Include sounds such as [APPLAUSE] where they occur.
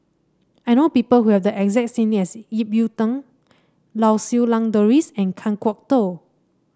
I know people who have the exact [UNINTELLIGIBLE] as Ip Yiu Tung Lau Siew Lang Doris and Kan Kwok Toh